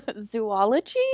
zoology